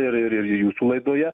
ir ir ir jūsų laidoje